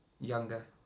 younger